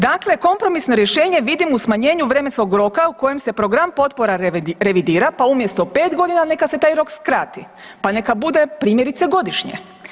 Dakle, kompromisno rješenje vidim u smanjenju vremenskog roka u kojem se program potpora revidira pa umjesto 5 godina neka se taj rok skrati, pa neka bude primjerice godišnje.